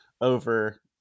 over